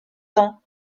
temps